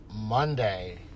Monday